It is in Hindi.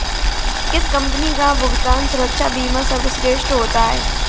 किस कंपनी का भुगतान सुरक्षा बीमा सर्वश्रेष्ठ होता है?